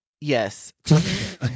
Yes